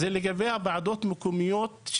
זה לגבי ועדות מקומיות.